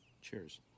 Cheers